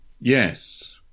Yes